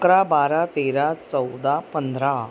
अकरा बारा तेरा चौदा पंधरा